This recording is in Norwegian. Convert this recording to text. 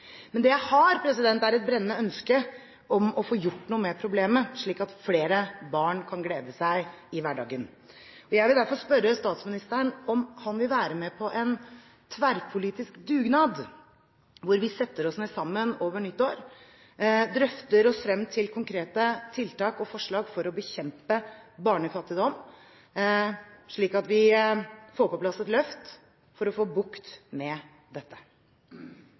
Men det jeg har, er et brennende ønske om å få gjort noe med problemet, slik at flere barn kan glede seg i hverdagen. Jeg vil derfor spørre statsministeren om han vil være med på en tverrpolitisk dugnad, hvor vi setter oss ned sammen over nyttår, drøfter oss frem til konkrete tiltak og forslag for å bekjempe barnefattigdom, slik at vi får på plass et løft for å få bukt med dette.